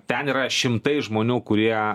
ten yra šimtai žmonių kurie